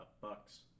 Bucks